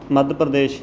Madhya Pradesh